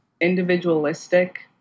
individualistic